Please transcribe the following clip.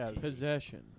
Possession